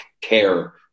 care